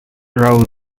roses